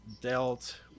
dealt